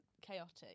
chaotic